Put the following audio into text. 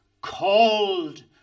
called